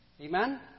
Amen